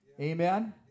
Amen